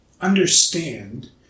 understand